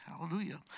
Hallelujah